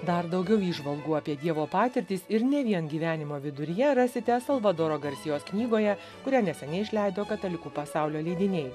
dar daugiau įžvalgų apie dievo patirtis ir ne vien gyvenimo viduryje rasite salvadoro garsijos knygoje kurią neseniai išleido katalikų pasaulio leidiniai